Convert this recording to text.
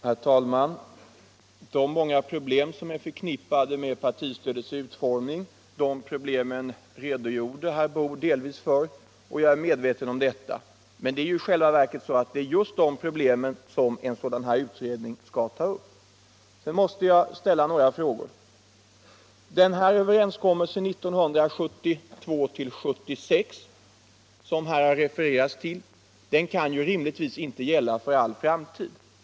Herr talman! De problem som är förknippade med partistödets utformning redogjorde herr Boo delvis för. Jag är också medveten om dem, men det är just de problemen en sådan här utredning skall ta upp. Sedan måste jag ställa ett par frågor. Överenskommelsen 1972-1976, som det här har refererats till, kan rimligtvis inte gälla för all framtid.